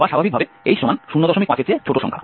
বা স্বাভাবিকভাবে h05 এর চেয়ে ছোট সংখ্যা